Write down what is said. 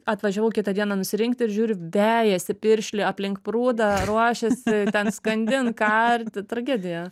atvažiavau kitą dieną nususirinkti ir žiūriu vejasi piršlį aplink prūdą ruošiasi ten skandint karti tragedija